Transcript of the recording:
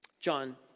John